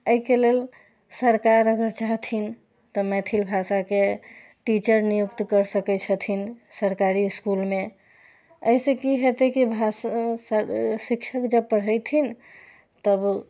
एहिके लेल सरकार अगर चाहथिन तऽ मैथिल भाषाके टीचर नियुक्त कर सकै छथिन सरकारी इस्कुलमे एहिसँ की हेतै कि भाषा शिक्षक जब पढ़ैथिन तब